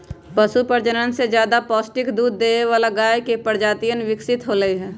पशु प्रजनन से ज्यादा पौष्टिक दूध देवे वाला गाय के प्रजातियन विकसित होलय है